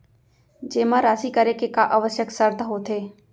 जेमा राशि करे के का आवश्यक शर्त होथे?